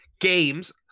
games